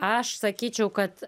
aš sakyčiau kad